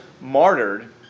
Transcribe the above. martyred